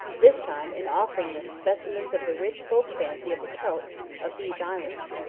this time, in offering them specimens of the rich folk-fancy of the celts of these islands,